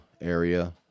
area